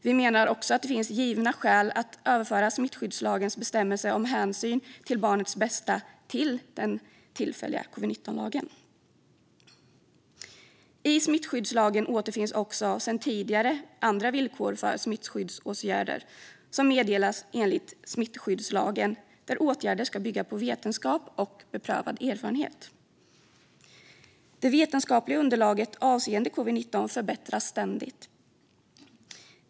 Vi menar att det finns givna skäl att överföra smittskyddslagens bestämmelse om hänsyn till barnets bästa till den tillfälliga covid-19-lagen. I smittskyddslagen finns också, sedan tidigare, andra villkor för smittskyddsåtgärder som meddelas enligt smittskyddslagen. Åtgärder ska bygga på vetenskap och beprövad erfarenhet. Det vetenskapliga underlaget avseende covid-19 förbättras ständigt.